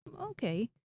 okay